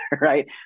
right